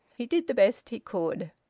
he did the best he could.